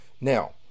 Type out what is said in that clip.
Now